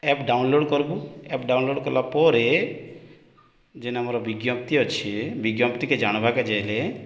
app download କରବୁ app download କଲା ପରେ ଯେନ୍ ଆମର ବିଜ୍ଞପ୍ତି ଅଛି ବିଜ୍ଞପ୍ତି କେ ଜାଣବାକେ ଯାଇଲେ